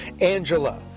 Angela